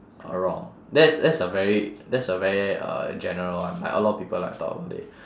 or wrong that's that's a very that's a very uh general one like a lot of people like talk about it